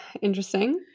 interesting